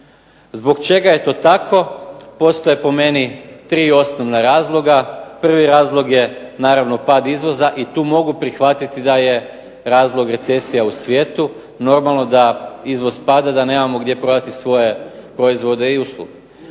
Zbog čega je to tako? Postoje po meni 3 osnovna razloga. Prvi razlog je naravno pad izvoza i tu mogu prihvatiti da je razlog recesija u svijetu, normalno da izvoz pada, da nemamo gdje prodati svoje proizvode i usluge.